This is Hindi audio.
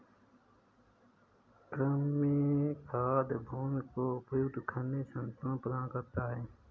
कृमि खाद भूमि को उपयुक्त खनिज संतुलन प्रदान करता है